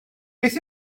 beth